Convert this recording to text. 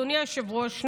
אדוני היושב-ראש,